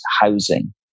housing